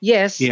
Yes